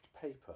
paper